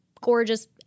gorgeous